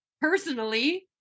personally